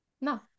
No